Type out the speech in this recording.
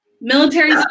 military